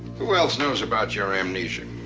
who else knows about your amnesia?